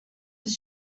his